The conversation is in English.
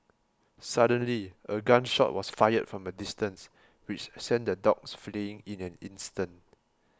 suddenly a gun shot was fired from a distance which sent the dogs fleeing in an instant